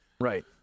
Right